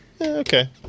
Okay